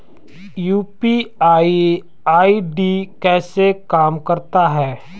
UPI ID कैसे काम करता है?